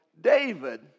David